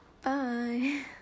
bye